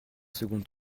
second